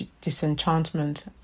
disenchantment